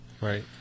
Right